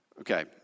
Okay